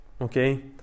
okay